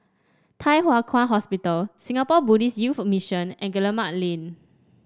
Thye Hua Kwan Hospital Singapore Buddhist Youth Mission and Guillemard Lane